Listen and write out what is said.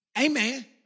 Amen